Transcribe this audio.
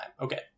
Okay